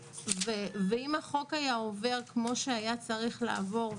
אם החוק היה עובר כמו שהיה צריך לעבור,